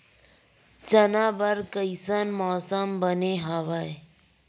चना बर कइसन मौसम बने हवय?